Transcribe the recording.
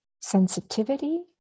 sensitivity